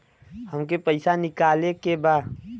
हमके पैसा निकाले के बा